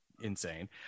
insane